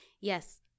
Yes